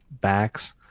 backs